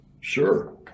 Sure